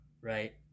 right